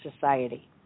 society